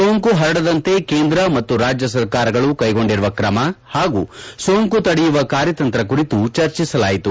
ಸೋಂಕು ಹರಡದಂತೆ ಕೇಂದ್ರ ಮತ್ತು ರಾಜ್ಯ ಸರ್ಕಾರಗಳು ಕೈಗೊಂಡಿರುವ ಕ್ರಮ ಹಾಗೂ ಸೋಂಕು ತಡೆಯುವ ಕಾರ್ಯತಂತ್ರ ಕುರಿತು ಚರ್ಚೆಸಲಾಯಿತು